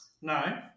No